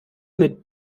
mit